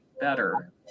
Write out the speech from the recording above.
better